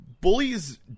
bullies